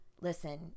listen